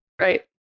Right